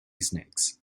snakes